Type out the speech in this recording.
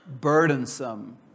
burdensome